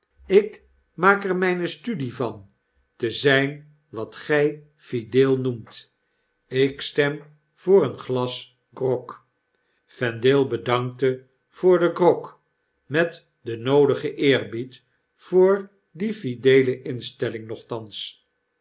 ik maak er myne studie van te zyn wat gy fideel noemt ik stem voor een glas grog vendale bedankte voor den grog met den noodigen eerbied voor die fideele instelling nochtans